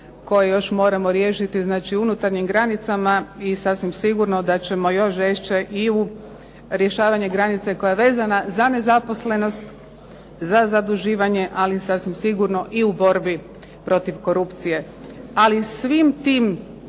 koje još moramo riješiti, znači unutarnjim granicama. I sasvim sigurno da ćemo još žešće i u rješavanje granica koja je vezana za nezaposlenost, za zaduživanje, ali sasvim sigurno i u borbi protiv korupcije, ali svim tim